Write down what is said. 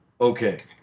okay